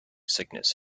sickness